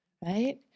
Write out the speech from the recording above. right